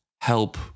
help